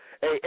Hey